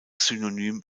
synonym